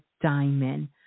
diamond